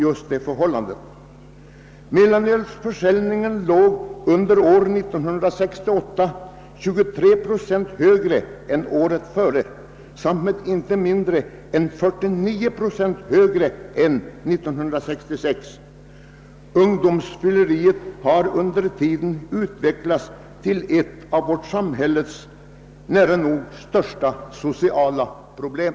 Under 1968 låg sålunda mellanölsförsäljningen 23 procent högre än året före och inte mindre än 49 procent högre än 1966. Ungdomsfylleriet har under den tiden utvecklats till att bli ett av vårt samhälles största sociala problem.